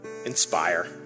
inspire